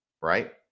right